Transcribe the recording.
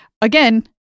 again